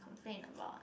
complain about